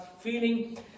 feeling